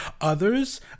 Others